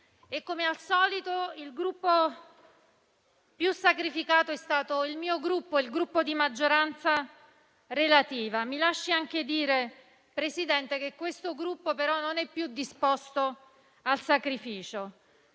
Come al solito, il Gruppo più sacrificato è stato il mio, il Gruppo di maggioranza relativa. Mi lasci anche dire, Presidente, che questo Gruppo però non è più disposto al sacrificio: